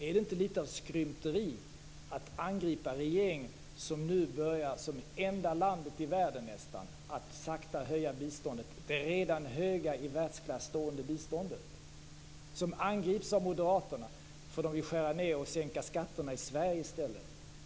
Är det inte litet av skrymteri att angripa regeringen när vi nu som nästan enda land i världen börjar att sakta höja biståndet - det redan höga, i världsklass stående biståndet, som angrips av moderaterna därför att de vill skära ned och sänka skatterna i Sverige i stället.